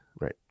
right